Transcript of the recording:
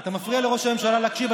אתה מפריע לראש הממשלה להקשיב,